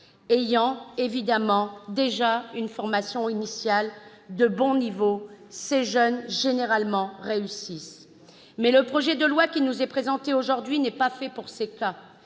Ayant déjà une formation initiale de bon niveau, ces jeunes, généralement, réussissent. Le projet de loi qui nous est présenté aujourd'hui n'est pas fait pour ces cas